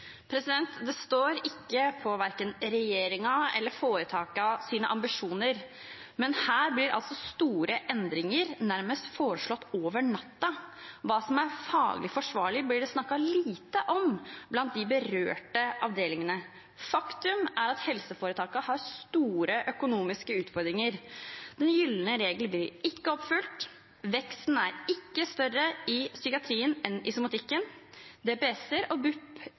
Det står ikke på verken regjeringens eller foretakenes ambisjoner, men her blir altså store endringer foreslått nærmest over natten. Hva som er faglig forsvarlig, blir det snakket lite om blant de berørte avdelingene. Faktum er at helseforetakene har store økonomiske utfordringer, «den gylne regel» blir ikke oppfylt, veksten er ikke større i psykiatrien enn i somatikken, DPS-er og BUP-er blir lagt ned, og